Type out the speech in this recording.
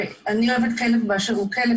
אני אוהבת כלב באשר הוא כלב,